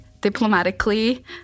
diplomatically—